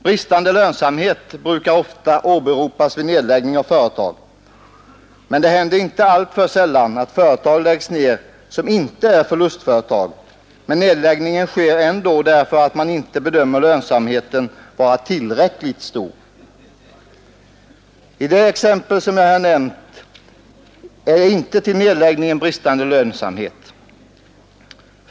Bristande lönsamhet brukar ofta åberopas vid nedläggning av företag, men det händer inte alltför sällan att företag läggs ner som inte är förlustföretag. Nedläggningen sker ändå därför att man inte bedömer lönsamheten vara tillräckligt stor. I det exempel som jag här nämnt var orsaken till nedläggningen inte bristande lönsamhet.